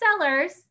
sellers